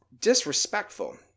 disrespectful